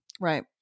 Right